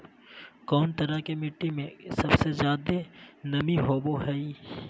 कौन तरह के मिट्टी में सबसे जादे नमी होबो हइ?